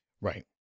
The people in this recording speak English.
Right